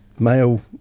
Male